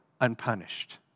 unpunished